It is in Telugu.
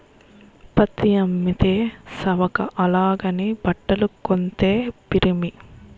పత్తి అమ్మితే సవక అలాగని బట్టలు కొంతే పిరిమి